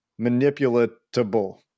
manipulatable